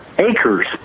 acres